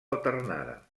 alternada